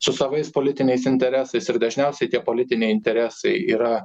su savais politiniais interesais ir dažniausiai tie politiniai interesai yra